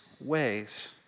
ways